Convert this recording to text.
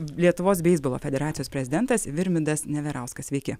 lietuvos beisbolo federacijos prezidentas virmidas neverauskas sveiki